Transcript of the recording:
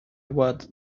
what